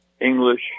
English